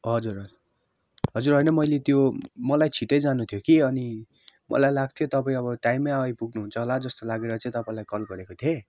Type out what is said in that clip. हजुर हजुर हजुर होइन मैले त्यो मलाई छिटै जानु थियो कि अनि मलाई लाग्थ्यो तपाईँ अब टाइममै आइपुग्नु हुन्छ होला जस्तो लागेर चाहिँ तपाईँलाई कल गरेको थिएँ